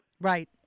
Right